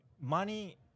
money